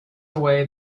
away